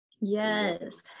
yes